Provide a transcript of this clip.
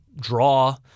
draw